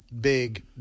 big